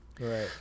Right